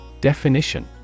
Definition